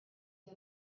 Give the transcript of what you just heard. you